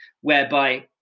whereby